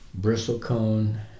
bristlecone